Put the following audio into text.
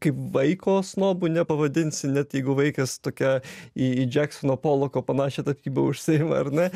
kaip vaiko snobu nepavadinsi net jeigu vaikas tokia į džeksono poloko panašia tapyba užsiima ar ne